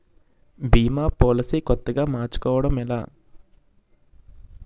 భీమా policy కొత్తగా మార్చుకోవడం ఎలా?